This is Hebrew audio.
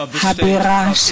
חברי הכנסת,